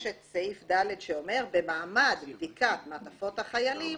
יש את סעיף ד' שאומר: במעמד בדיקת מעטפות החיילים